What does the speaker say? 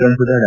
ಸಂಸದ ಡಾ